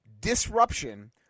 disruption